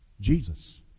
Jesus